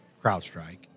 CrowdStrike